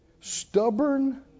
stubborn